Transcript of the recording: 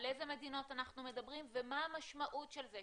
על איזה מדינות אנחנו מדברים ומה המשמעות של זה,